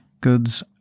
goods